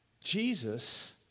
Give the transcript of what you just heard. Jesus